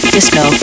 Disco